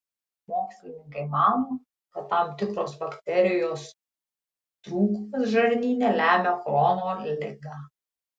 mokslininkai mano kad tam tikros bakterijos trūkumas žarnyne lemia chrono ligą